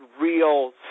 real